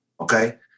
okay